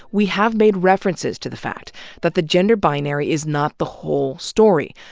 we have made references to the fact that the gender binary is not the whole story,